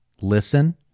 listen